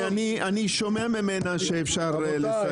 כי אני שומע ממנה שאפשר לסדר.